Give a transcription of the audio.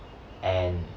and